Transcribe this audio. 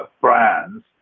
brands